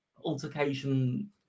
altercation